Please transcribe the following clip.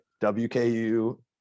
WKU